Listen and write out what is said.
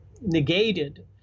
negated